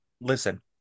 Listen